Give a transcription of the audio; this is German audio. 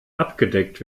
abgedeckt